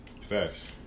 Facts